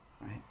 Right